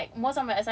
that's what you think